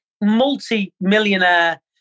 multi-millionaire